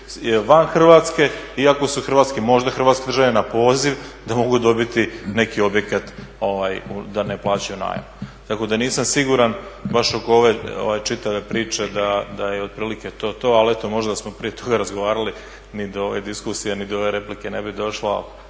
van RH iako su možda hrvatski državljani na poziv da mogu dobiti neki objekt da ne plaća najam. Tako da nisam siguran baš oko ove čitave priče da je otprilike to to, ali eto možda da smo prije toga razgovarali ni do ove diskusije ni do ove replike ne bi došlo.